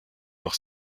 leur